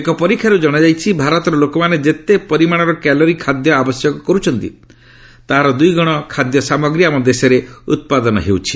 ଏକ ପରୀକ୍ଷାରୁ ଜଣାଯାଇଛି ଭାରତର ଲୋକମାନେ ଯେତେ ପରିମାଣର କ୍ୟାଲୋରି ଖାଦ୍ୟ ଆବଶ୍ୟକ କରୁଛନ୍ତି ତାହାର ଦୁଇଗୁଣ ଖାଦ୍ୟ ସାମଗ୍ରୀ ଆମ ଦେଶରେ ଉତ୍ପାଦନ ହେଉଛି